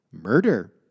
murder